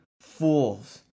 fools